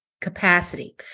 capacity